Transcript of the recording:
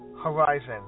horizon